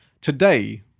Today